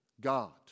God